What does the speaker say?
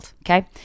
okay